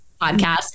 podcast